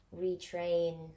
retrain